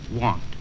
want